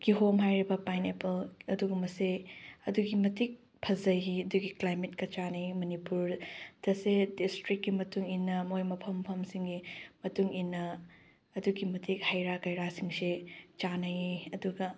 ꯀꯤꯍꯣꯝ ꯍꯥꯏꯔꯤꯕ ꯄꯥꯏꯅꯦꯄꯜ ꯑꯗꯨꯒꯨꯝꯕꯁꯦ ꯑꯗꯨꯛꯀꯤ ꯃꯇꯤꯛ ꯐꯖꯩꯌꯦ ꯑꯗꯨꯒꯤ ꯀ꯭ꯂꯥꯏꯃꯦꯠꯀ ꯆꯥꯟꯅꯩ ꯃꯅꯤꯄꯨꯔ ꯗꯤꯁꯇ꯭ꯔꯤꯛꯀꯤ ꯃꯇꯨꯡ ꯏꯟꯅ ꯃꯣꯏ ꯃꯐꯝ ꯃꯐꯝꯁꯤꯡꯒꯤ ꯃꯇꯨꯡ ꯏꯟꯅ ꯑꯗꯨꯛꯀꯤ ꯃꯇꯤꯛ ꯍꯩꯔꯥ ꯀꯩꯔꯥꯁꯤꯡꯁꯦ ꯆꯥꯟꯅꯩꯌꯦ ꯑꯗꯨꯒ